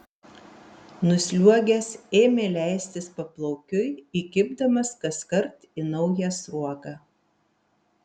nusliuogęs ėmė leistis paplaukiui įkibdamas kaskart į naują sruogą